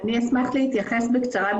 אשמח להתייחס בקצרה.